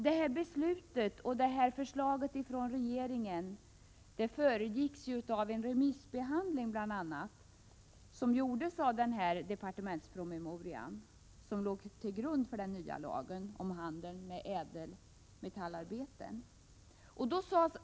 Detta beslut föregicks av en remissbehandling av den departementspromemoria som låg till grund för den nya lagen om handel med ädelmetallarbeten.